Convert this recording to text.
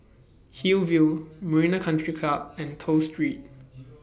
Hillview Marina Country Club and Toh Street